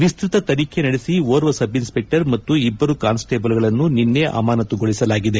ವಿಸ್ತ್ತತ ತನಿಖೆ ನಡೆಸಿ ಓರ್ವ ಸಬ್ಇನ್ಸ್ಪೆಕ್ಟರ್ ಮತ್ತು ಇಬ್ಬರು ಕಾನ್ಸ್ಟೇಬಲ್ಗಳನ್ನು ನಿನ್ನೆ ಅಮಾನತ್ತುಗೊಳಿಸಲಾಗಿದೆ